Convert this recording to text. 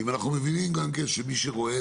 אם אנחנו גם מבינים שמי שרועה,